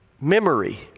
Memory